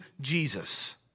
Jesus